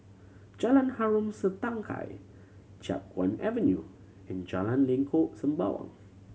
Jalan Harom Setangkai Chiap Guan Avenue and Jalan Lengkok Sembawang